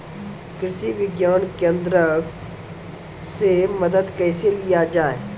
कृषि विज्ञान केन्द्रऽक से मदद कैसे लिया जाय?